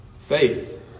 Faith